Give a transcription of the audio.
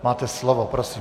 Máte slovo, prosím.